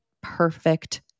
perfect